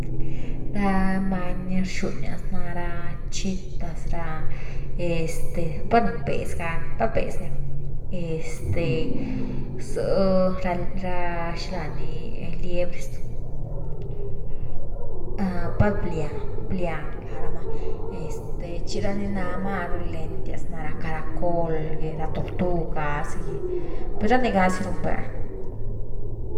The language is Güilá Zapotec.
Ra mani ni rxunias na ra chitas ra, este path béez gá na pat béez ni, este zë’ ra xilá ni liebres, pat blian-blian lá rama este chira ni ná maru lentias ná ra caracol gy, tortug gá za gy, per ra ní gá zi riunbé.